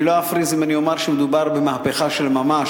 אני לא אפריז אם אני אומר שמדובר במהפכה של ממש.